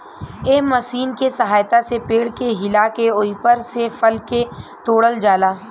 एह मशीन के सहायता से पेड़ के हिला के ओइपर से फल के तोड़ल जाला